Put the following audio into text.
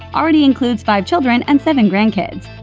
already includes five children and seven grandkids.